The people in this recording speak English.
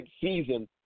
season